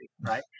right